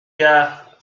gars